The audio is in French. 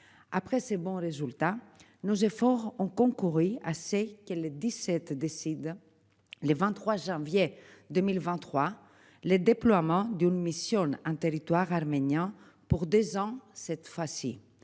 après ses bons résultats nos efforts ont concouru assez qu'17 décide le 23 janvier 2023. Le déploiement d'une mission d'un territoire arménien pour 2 ans cette fois-ci,